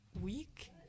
week